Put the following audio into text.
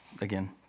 again